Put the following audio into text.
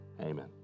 Amen